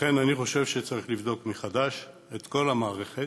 לכן אני חושב שצריך לבדוק מחדש את כל המערכת.